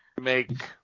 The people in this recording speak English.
Make